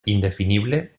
indefinible